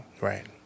right